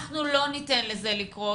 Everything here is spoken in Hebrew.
אנחנו לא ניתן לזה לקרות,